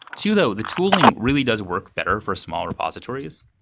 two, though, the tooling really does work better for smaller repositories.